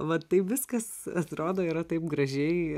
vat taip viskas atrodo yra taip gražiai